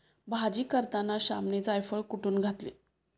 भाजी करताना श्यामने जायफळ कुटुन घातले